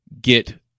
get